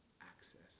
access